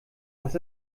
was